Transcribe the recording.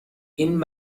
این